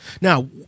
Now